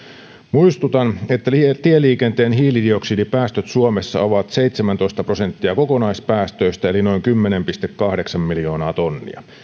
muistutan että tieliikenteen hiilidioksidipäästöt suomessa ovat seitsemäntoista prosenttia kokonaispäästöistä eli noin kymmenen pilkku kahdeksan miljoonaa tonnia